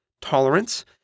tolerance